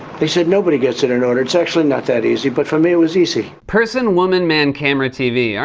they said, nobody gets it in order. it's actually not that easy, but, for me, it was easy. person, woman, man, camera, tv. ah